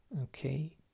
okay